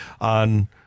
on